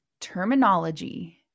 Terminology